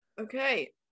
Okay